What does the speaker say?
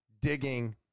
digging